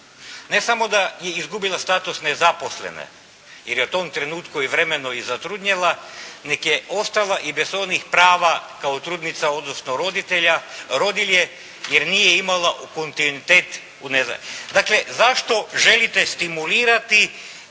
Ne samo da je izgubila status nezaposlene jer je u tom trenutku i vremenu i zatrudnjela, nego je ostala i bez onih prava kao trudnica, odnosno roditelje jer nije imala kontinuitet. Dakle zašto želite stimulirati,